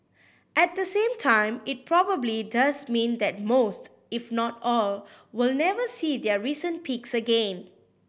at the same time it probably does mean that most if not all will never see their recent peaks again